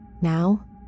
Now